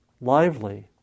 lively